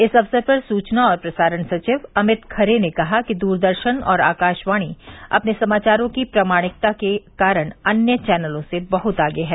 इस अवसर पर सुचना और प्रसारण सचिव अमित खरे ने कहा कि दूरदर्शन और आकाशवाणी अपने समाचारों की प्रामाणिकता के कारण अन्य चौनलों से बहुत आगे है